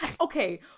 okay